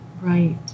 Right